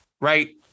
right